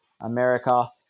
America